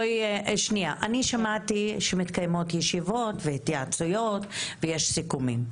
אני שמעתי שמתקיימות ישיבות והתייעצויות ויש סיכומים.